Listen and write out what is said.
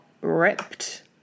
ripped